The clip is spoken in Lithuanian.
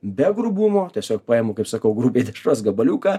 be grubumo tiesiog paimu kaip sakau grubiai dešros gabaliuką